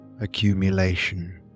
accumulation